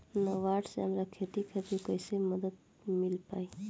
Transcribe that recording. नाबार्ड से हमरा खेती खातिर कैसे मदद मिल पायी?